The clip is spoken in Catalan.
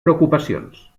preocupacions